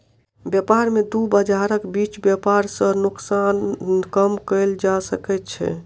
व्यापार में दू बजारक बीच व्यापार सॅ नोकसान कम कएल जा सकै छै